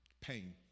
pain